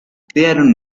crearon